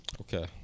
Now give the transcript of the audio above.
Okay